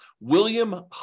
William